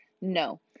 no